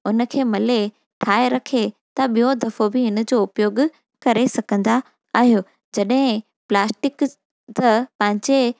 उन खे मले ठाहे रखे त ॿियो दफ़ो बि हिन जो उपयोग करे सघंदा आहियो जॾहिं प्लास्टिक त पंहिंजे